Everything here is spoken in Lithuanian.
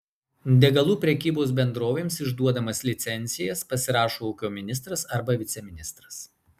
degalų prekybos bendrovėms išduodamas licencijas pasirašo ūkio ministras arba viceministras